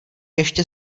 ještě